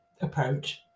approach